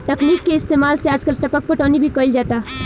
तकनीक के इस्तेमाल से आजकल टपक पटौनी भी कईल जाता